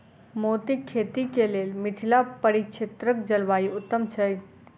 मोतीक खेती केँ लेल मिथिला परिक्षेत्रक जलवायु उत्तम छै?